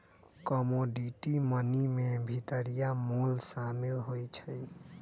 commodity money में भितरिया मोल सामिल होइ छइ